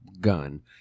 gun